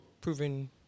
proven